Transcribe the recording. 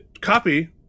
copy